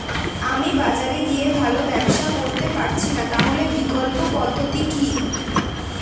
আমি বাজারে গিয়ে ভালো ব্যবসা করতে পারছি না তাহলে বিকল্প পদ্ধতি কি?